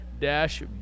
dash